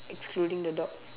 excluding the dog